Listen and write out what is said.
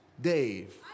Dave